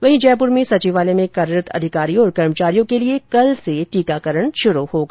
वहीं जयपुर में सचिवालय में कार्यरत अधिकारियों और कर्मचारियों के लिए कल से टीकाकरण किया जाएगा